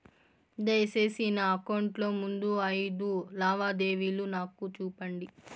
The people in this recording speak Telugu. దయసేసి నా అకౌంట్ లో ముందు అయిదు లావాదేవీలు నాకు చూపండి